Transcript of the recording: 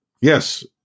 Yes